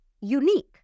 unique